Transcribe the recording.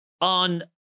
on